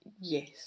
Yes